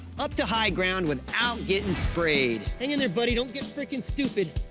up to high ground without getting sprayed. hang in there, buddy. don't get frickin' stupid.